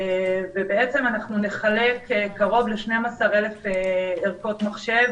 אנחנו נחלק קרוב ל-12,000 ערכות מחשב